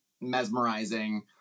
mesmerizing